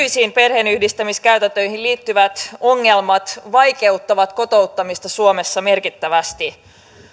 nykyisiin perheenyhdistämiskäytäntöihin liittyvät ongelmat vaikeuttavat kotouttamista suomessa merkittävästi